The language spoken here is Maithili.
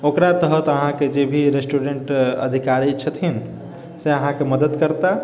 ओकरा तहत अहाँके जे भी रेस्टोरेन्ट अधिकारी छथिन से अहाँके मदति करता